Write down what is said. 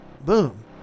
Boom